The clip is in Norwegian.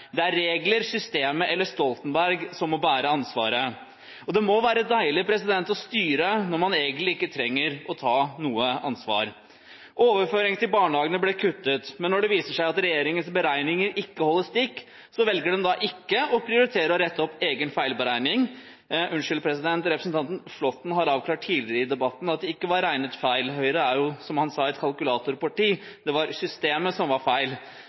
Det er regler, systemet eller Stoltenberg som må bære ansvaret. Det må være deilig å styre når man egentlig ikke trenger å ta noe ansvar. Overføringen til barnehagene ble kuttet. Men når det viser seg at regjeringens beregninger ikke holder stikk, velger den ikke å prioritere å rette opp egen feilberegning. Unnskyld, president: Representanten Flåtten har avklart tidligere i debatten at det ikke var regnet feil. Høyre er jo, som han sa, et kalkulatorparti, og det var systemet som var feil.